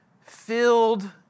filled